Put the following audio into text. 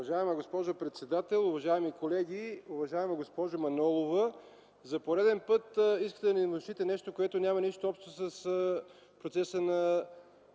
Уважаема госпожо председател, уважаеми колеги, уважаема госпожо Манолова! За пореден път искате да ни внушите нещо, което няма нищо общо с процеса на